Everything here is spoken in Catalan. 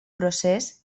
procés